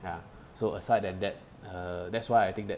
ya so aside than that uh that's why I think that